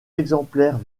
exemplaires